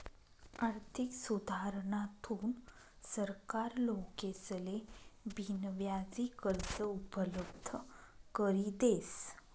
आर्थिक सुधारणाथून सरकार लोकेसले बिनव्याजी कर्ज उपलब्ध करी देस